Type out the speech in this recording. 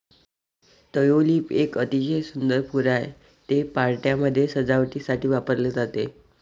tulip एक अतिशय सुंदर फूल आहे, ते पार्ट्यांमध्ये सजावटीसाठी वापरले जाते